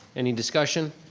any discussion?